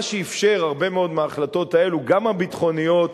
מה שאפשר הרבה מאוד מההחלטות האלו, גם הביטחוניות